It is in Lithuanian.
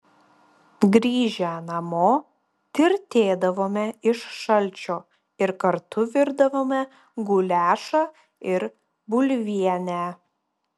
grįžę namo tirtėdavome iš šalčio ir kartu virdavome guliašą ir bulvienę